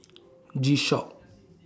G Shock